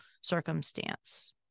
circumstance